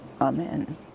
Amen